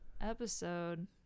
episode